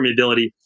permeability